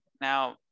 Now